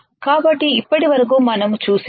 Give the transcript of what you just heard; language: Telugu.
కాబట్టి ఇప్పటి వరకు మనం చూసినవి